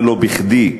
ולא בכדי.